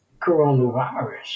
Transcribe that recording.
coronavirus